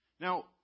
Now